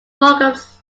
programs